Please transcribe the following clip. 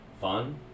fun